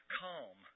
calm